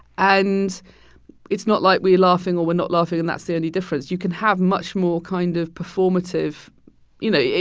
and it's not like we're laughing or we're not laughing and that's the only difference. you can have much more kind of performative you know, yeah